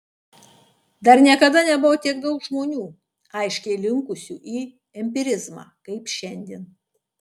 dar niekada nebuvo tiek daug žmonių aiškiai linkusių į empirizmą kaip šiandien